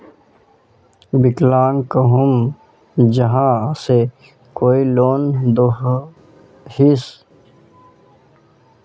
विकलांग कहुम यहाँ से कोई लोन दोहिस?